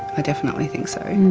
i definitely think so.